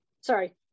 sorry